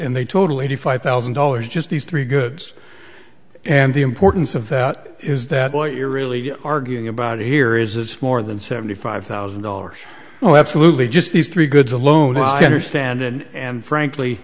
and they totally to five thousand dollars just these three goods and the importance of that is that what you're really arguing about here is it's more than seventy five thousand dollars oh absolutely just these three goods alone us to understand and frankly